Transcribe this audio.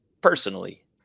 personally